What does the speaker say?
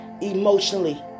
Emotionally